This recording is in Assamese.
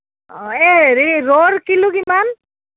অঁ এই হেৰি ৰৌৰ কিলো কিমান